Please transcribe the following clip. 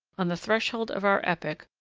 on the threshold of our epoch,